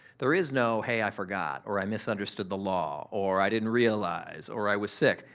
there is no hey, i forgot or i misunderstood the law or i didn't realize or i was sick.